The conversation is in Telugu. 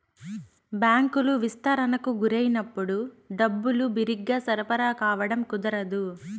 బ్యాంకులు విస్తరణకు గురైనప్పుడు డబ్బులు బిరిగ్గా సరఫరా కావడం కుదరదు